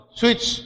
switch